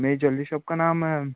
मेरी jewellery shop का नाम